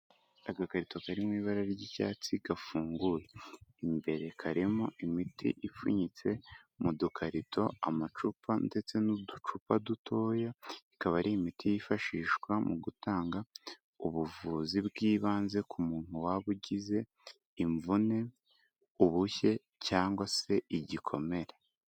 Agakarito kari mu ibara ry'icyatsi gafunguye. Imbere karimo imiti ipfunyitse mu dukarito, amacupa ndetse n'uducupa dutoya, ikaba ari imiti yifashishwa mu gutanga ubuvuzi bw'ibanze ku muntu waba ugize imvune, ubushye cyangwa se igikomere.